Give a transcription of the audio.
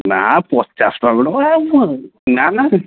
ନା ପଚାଶ ଟଙ୍କା ଗୁଟେ କଣ ମୁଁ ନା ନା